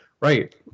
right